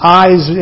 eyes